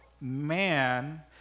man